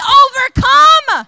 overcome